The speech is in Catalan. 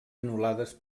anul·lades